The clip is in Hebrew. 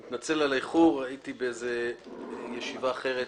(מתן סמכויות פיקוח ואכיפה לעניין עיסוק בקנבוס לצרכים רפואיים ולמחקר),